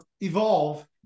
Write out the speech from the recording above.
evolve